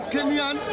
Kenyan